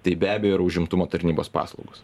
tai be abejo yra užimtumo tarnybos paslaugos